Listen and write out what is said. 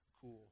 cool